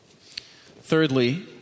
Thirdly